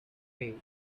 pay